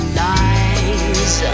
lies